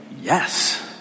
yes